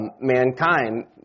Mankind